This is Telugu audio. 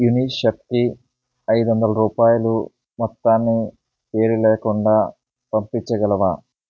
యునిసెఫ్కి ఐదు వందలు రూపాయలు మొత్తాన్ని పేరు లేకుండా పంపించగలవా